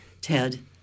Ted